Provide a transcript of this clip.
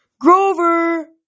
Grover